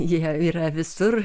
jie yra visur